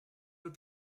will